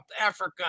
Africa